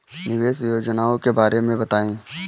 निवेश योजनाओं के बारे में बताएँ?